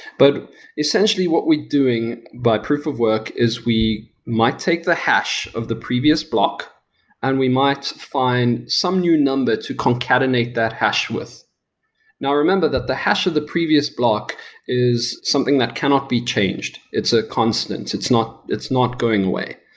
but essentially what we're doing by proof of work is we might take the hash of the previous block and we might find some new number to concatenate that hash with now remember that the hash of the previous block is something that cannot be changed. it's a constant. it's not it's not going away.